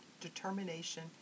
determination